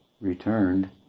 returned